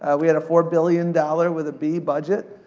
ah we had a four billion dollar, with a b, budget,